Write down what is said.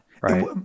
Right